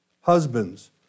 Husbands